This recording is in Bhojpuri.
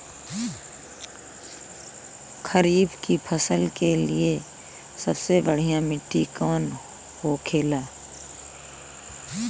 खरीफ की फसल के लिए सबसे बढ़ियां मिट्टी कवन होखेला?